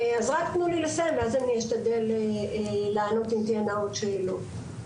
ואז אשתדל לענות אם תהיינה עוד שאלות.